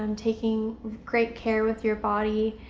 um taking great care with your body,